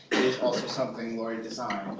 also something lorrie designed.